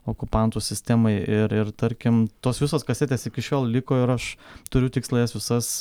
okupantų sistemai ir ir tarkim tos visos kasetės iki šiol liko ir aš turiu tikslą jas visas